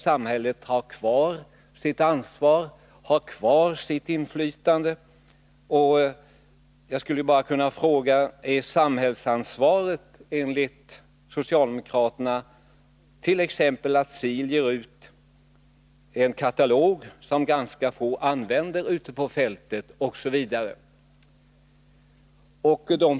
Samhället har ju kvar sitt ansvar och sitt inflytande. Jag skulle kunna fråga: Är det enligt socialdemokraternas uppfattning exempel på samhällets ansvar att SIL ger ut en katalog som ganska få använder ute på fältet?